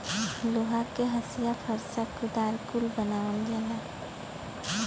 लोहा के हंसिआ फर्सा कुदार कुल बनावल जाला